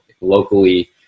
locally